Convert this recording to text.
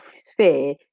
sphere